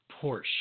Porsche